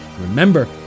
Remember